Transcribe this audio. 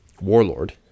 warlord